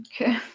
Okay